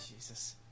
Jesus